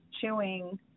chewing